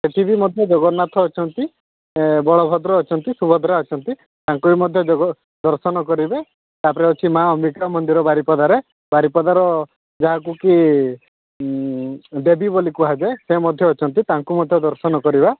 ସେଠି ବି ମଧ୍ୟ ଜଗନ୍ନାଥ ଅଛନ୍ତି ବଳଭଦ୍ର ଅଛନ୍ତି ସୁଭଦ୍ରା ଅଛନ୍ତି ତାଙ୍କୁ ବି ମଧ୍ୟ ଦର୍ଶନ କରିବେ ତା'ପରେ ଅଛି ମାଆ ଅମ୍ବିକା ମନ୍ଦିର ବାରିପଦାରେ ବାରିପଦାର ଯାହାକୁ କି ଦେବୀ ବୋଲି କୁହାଯାଏ ସେ ମଧ୍ୟ ଅଛନ୍ତି ତାଙ୍କୁ ମଧ୍ୟ ଦର୍ଶନ କରିବା